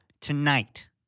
Tonight